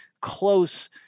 close